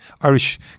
Irish